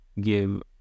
give